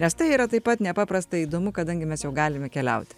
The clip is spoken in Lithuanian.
nes tai yra taip pat nepaprastai įdomu kadangi mes jau galime keliauti